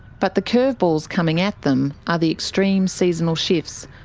but the curveballs coming at them are the extreme seasonal shifts,